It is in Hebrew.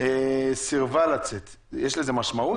סירבה לצאת, יש לזה משמעות?